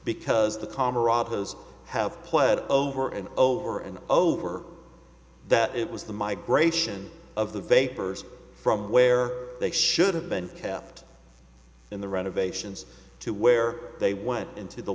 camarade those have pled over and over and over that it was the migration of the vapors from where they should have been kept in the renovations to where they went into the